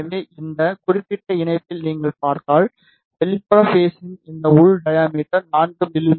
எனவே இந்த குறிப்பிட்ட இணைப்பில் நீங்கள் பார்த்தால் வெளிப்புறக் பேஸின் இந்த உள் டையாமீட்டர் 4 மி